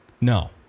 No